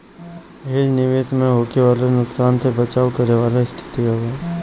hedge निवेश में होखे वाला नुकसान से बचाव करे वाला स्थिति हवे